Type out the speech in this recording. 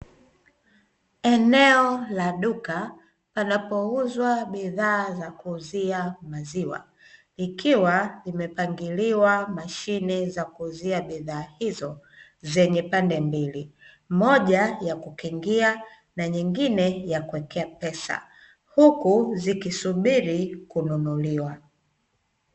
Eneo la duka panapouzwa bidhaa za kuuzia maziwa, likiwa limepangiliwa mashine za kuuzia bidhaa hizo, zenye pande mbili: moja yakukingia na nyingine yakuwekea pesa, huku zikisubiri kununuliwa.